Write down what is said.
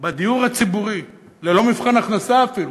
בדיור הציבורי, ללא מבחן הכנסה אפילו.